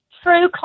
true